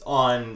on